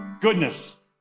goodness